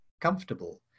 comfortable